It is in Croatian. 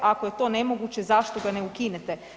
Ako je to nemoguće zašto ga ne ukinete?